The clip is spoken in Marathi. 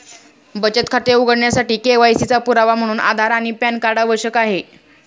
बचत खाते उघडण्यासाठी के.वाय.सी चा पुरावा म्हणून आधार आणि पॅन कार्ड आवश्यक आहे